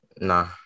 Nah